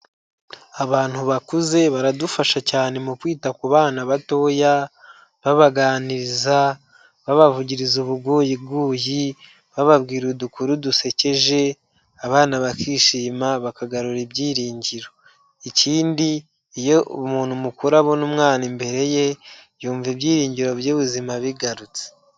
Abantu bakuze baradufasha cyane mu kwita ku bana batoya. Babaganiriza, babavugiriza ubuguyiguyi, bababwira udukuru dusekeje, abana bakishima bakagarura ibyiringiro. Ikindi iyo umuntu mukuru abona umwana imbere ye, yumva ibyiringiro by'ubuzima bigarutse.